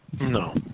No